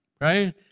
right